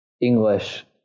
English